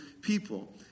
people